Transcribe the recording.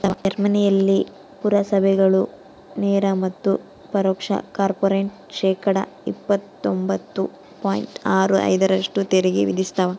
ಜರ್ಮನಿಯಲ್ಲಿ ಪುರಸಭೆಗಳು ನೇರ ಮತ್ತು ಪರೋಕ್ಷ ಕಾರ್ಪೊರೇಟ್ ಶೇಕಡಾ ಇಪ್ಪತ್ತೊಂಬತ್ತು ಪಾಯಿಂಟ್ ಆರು ಐದರಷ್ಟು ತೆರಿಗೆ ವಿಧಿಸ್ತವ